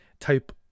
type